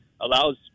allows